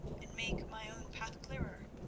and make my own path clearer.